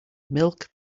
milk